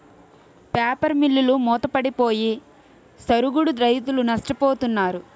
paper మిల్లులు మూతపడిపోయి సరుగుడు రైతులు నష్టపోతున్నారు